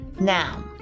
Now